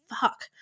fuck